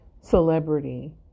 celebrity